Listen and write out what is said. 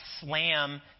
slam